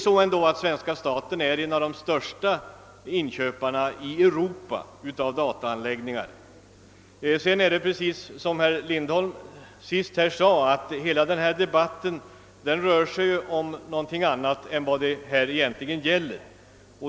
Svenska staten är ändå en av de största inköparna i Europa av dataanläggningar! Denna rabatt rör sig, som herr Lindholm nyss påpekade, egentligen om någonting annat än det som propositionsförslaget gäller.